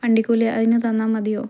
വണ്ടിക്കൂലി അതിന് തന്നാൽ മതിയോ